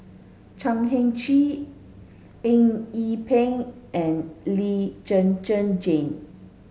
Chan Heng Chee Eng Yee Peng and Lee Zhen Zhen Jane